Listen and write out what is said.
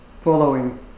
Following